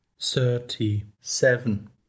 thirty-seven